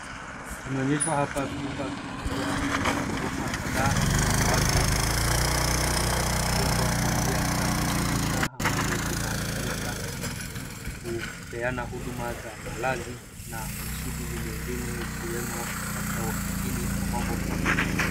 Tunaonyeshwa hapa vyumba vikubwa vya ghorofa kadhaa ambazo zimejengwa kwa njia safi kabisa ambazo zinatumika kupeana huduma za malazi na mashughuli mengine ikiwemo labda ofisini na mambo mengine.